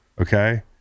Okay